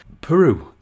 Peru